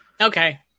Okay